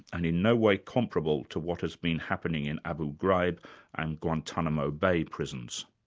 and in no way comparable to what has been happening in abu grhaib and guantanamo bay prisons.